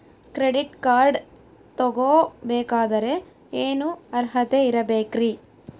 Credit card ತೊಗೋ ಬೇಕಾದರೆ ಏನು ಅರ್ಹತೆ ಇರಬೇಕ್ರಿ?